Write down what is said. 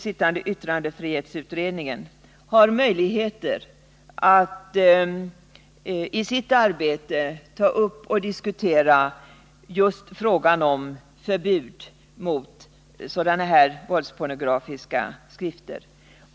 sittande yttrandefrihetsutredningen har möjligheter att i sitt arbete ta upp just frågan om förbud mot sådana här våldspornografiska skrifter?